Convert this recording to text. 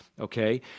Okay